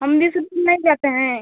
हम बीस रुपये में नहीं जाते हैं